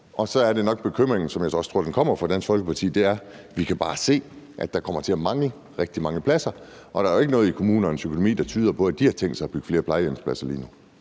Så er bekymringen nok, som jeg også tror kommer fra Dansk Folkeparti, at vi bare kan se, at der kommer til at mangle rigtig mange pladser, og der er jo ikke noget i kommuners økonomi, der tyder på, at de har tænkt sig at bygge flere plejehjem lige nu.